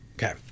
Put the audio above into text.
Okay